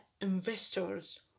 investors